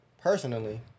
Personally